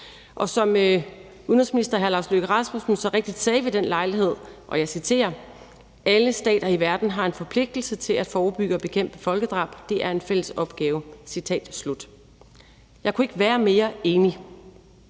Og udenrigsministeren sagde så rigtigt ved den lejlighed: »Alle stater i verden har en forpligtelse til at forebygge og bekæmpe folkedrab. Det er en fælles opgave.« Jeg kunne ikke være mere enig.